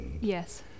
Yes